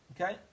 okay